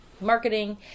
marketing